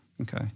okay